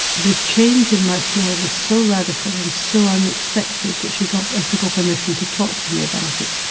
the change in my smell was so radical and so unexpected that she got ethical permission to talk to me about it.